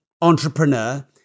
entrepreneur